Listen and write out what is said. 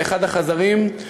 באחד החדרים,